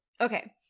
Okay